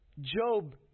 Job